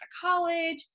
college